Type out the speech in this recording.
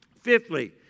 Fifthly